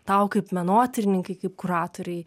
tau kaip menotyrininkei kaip kuratorei